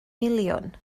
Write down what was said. miliwn